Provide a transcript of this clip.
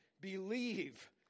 believe